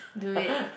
do it